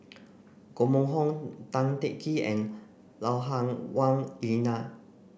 Koh Mun Hong Tan Teng Kee and Lui Hah Wah Elena